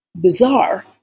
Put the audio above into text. bizarre